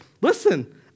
Listen